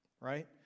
right